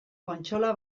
kontsola